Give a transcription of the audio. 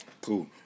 Cool